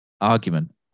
argument